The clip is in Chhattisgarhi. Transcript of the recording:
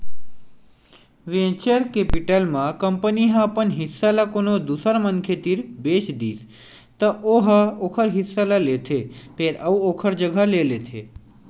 वेंचर केपिटल म कंपनी ह अपन हिस्सा ल कोनो दूसर मनखे तीर बेच दिस त ओ ह ओखर हिस्सा ल लेथे फेर अउ ओखर जघा ले लेथे